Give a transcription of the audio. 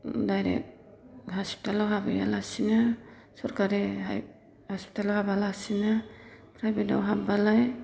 direct हस्पिटालआव हाबहैयालासिनो सरखारि हस्पिटालआव हाबालासिनो फ्राइभेटआव हाबब्लालाय